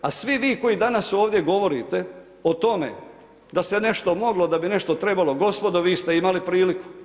A svi vi koji danas ovdje govorite o tome da se nešto moglo, da bi nešto trebalo gospodo vi ste imali priliku.